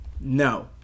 no